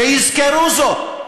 שיזכרו זאת.